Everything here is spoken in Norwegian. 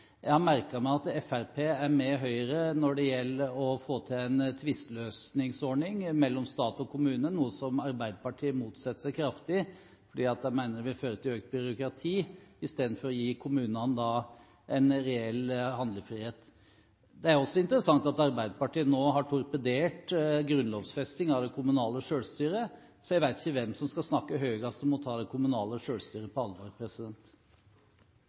Jeg har merket meg at Fremskrittspartiet er enig med Høyre når det gjelder å få til en tvisteløsningsordning mellom stat og kommune, noe som Arbeiderpartiet motsetter seg kraftig, fordi de mener det vil føre til økt byråkrati istedenfor å gi kommunene en reell handlefrihet. Det er også interessant at Arbeiderpartiet nå har torpedert grunnlovfesting av det kommunale selvstyret, så jeg vet ikke hvem som skal snakke høyest om å ta det kommunale selvstyret på alvor.